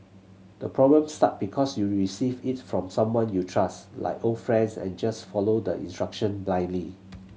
the problem start because you receive it from someone you trust like old friends and just follow the instruction blindly